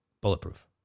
bulletproof